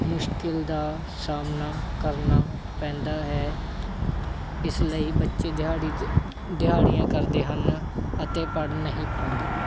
ਮੁਸ਼ਕਿਲ ਦਾ ਸਾਹਮਣਾ ਕਰਨਾ ਪੈਂਦਾ ਹੈ ਇਸ ਲਈ ਬੱਚੇ ਦਿਹਾੜੀ ਦਿਹਾੜੀਆਂ ਕਰਦੇ ਹਨ ਅਤੇ ਪੜ੍ਹ ਨਹੀਂ ਪਾਉਂਦੇ